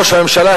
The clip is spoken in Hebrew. ראש הממשלה,